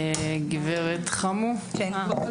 בלי